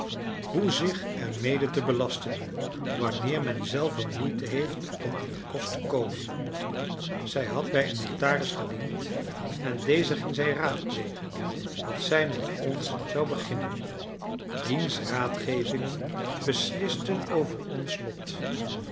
hoe zich er mede te belasten wanneer men zelve moeite heeft om aan den kost te komen zij had bij een notaris gediend en deze ging zij raadplegen wat zij met ons zou beginnen diens raadgevingen beslisten over ons lot